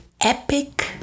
epic